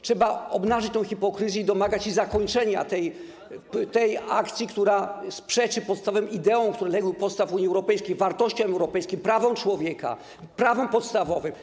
Trzeba obnażyć tę hipokryzję i domagać się zakończenia tej akcji, która przeczy podstawowym ideom, które legły u podstaw Unii Europejskiej, wartościom europejskim, prawom człowieka, prawom podstawowym.